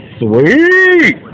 Sweet